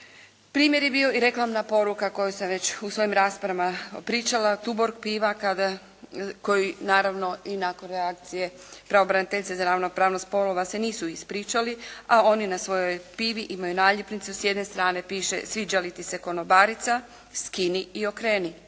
Primjer je bio i reklamna poruka koju sam već u svojim raspravama pričala, "Tuborg" piva kada, koji naravno i nakon reakcije pravobraniteljice za ravnopravnost spolova se nisu ispričali, a oni na svojoj pivi imaju naljepnice, s jedne strane piše sviđa li ti se konobarica, skini i okreni.